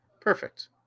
Perfect